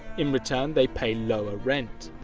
in return, they pay lower rent.